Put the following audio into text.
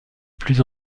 plus